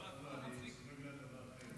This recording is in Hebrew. לא, אני צוחק בגלל דבר אחר,